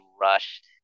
rushed